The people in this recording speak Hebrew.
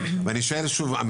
שוב,